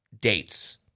dates